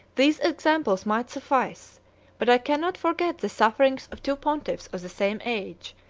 these examples might suffice but i cannot forget the sufferings of two pontiffs of the same age,